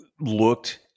looked